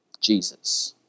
Jesus